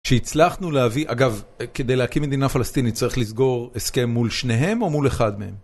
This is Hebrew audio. שהצלחנו להביא, אגב כדי להקים מדינה פלסטינית צריך לסגור הסכם מול שניהם או מול אחד מהם?